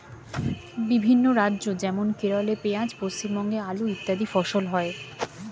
বিভিন্ন রাজ্য যেমন কেরলে পেঁয়াজ, পশ্চিমবঙ্গে আলু ইত্যাদি ফসল হয়